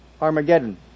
Armageddon